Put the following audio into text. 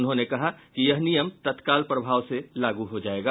उन्होंने कहा कि यह नियम तत्काल प्रभाव से लागू हो जायेगा